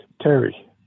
Terry